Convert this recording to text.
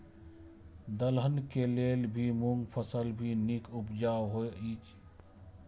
दलहन के लेल भी मूँग फसल भी नीक उपजाऊ होय ईय?